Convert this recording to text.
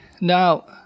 now